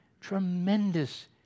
tremendous